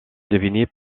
définit